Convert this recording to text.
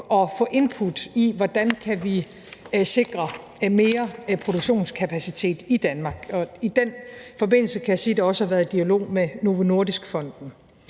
at få input til, hvordan vi kan sikre mere produktionskapacitet i Danmark. I den forbindelse kan jeg sige, at der også har været dialog med Novo Nordisk Fonden.